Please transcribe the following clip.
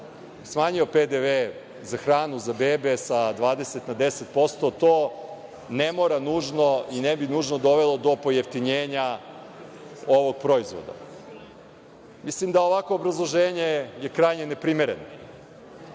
smanjio PDV za hranu, za bebe sa 20% na 10%, to ne mora nužno i ne bi nužno dovelo do pojeftinjenja ovog proizvoda. Mislim, da ovakvo obrazloženje je krajnje neprimereno.